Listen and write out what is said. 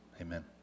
amen